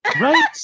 Right